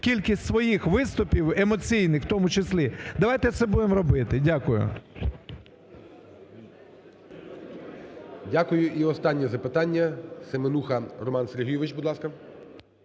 кількість своїй виступів, емоційних в тому числі, давайте це будемо робити. Дякую. ГОЛОВУЮЧИЙ. Дякую. І останнє запитання – Семенуха Роман Сергійович. Будь ласка.